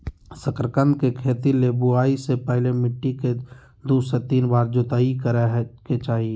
शकरकंद के खेती ले बुआई से पहले मिट्टी के दू से तीन बार जोताई करय के चाही